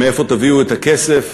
מאיפה תביאו את הכסף